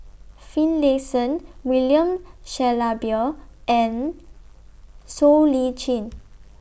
Finlayson William Shellabear and Siow Lee Chin